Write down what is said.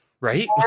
Right